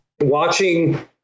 watching